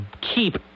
keep